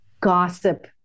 gossip